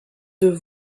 deux